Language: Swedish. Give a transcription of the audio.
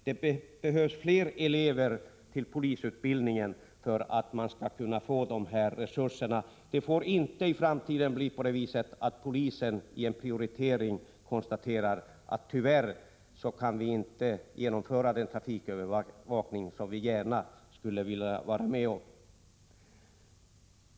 Det behövs fler elever till polisutbildningen för att man skall kunna få de resurserna. Det får inte i framtiden bli på det viset att polisen vid en prioritering konstaterar att tyvärr kan den trafikövervakning inte genomföras som man gärna skulle vilja vara med om.